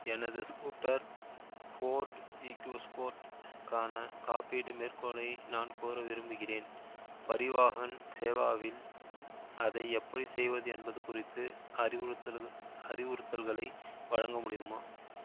எனது scooter Ford EcoSport கான காப்பீட்டு மேற்கோளை நான் கோர விரும்புகிறேன் பரிவாஹன் சேவாவில் அதை எப்படி செய்வது என்பது குறித்து அறிவுறுத்தல் அறிவுறுத்தல்களை வழங்க முடியுமா